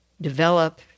develop